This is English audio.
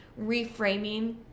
reframing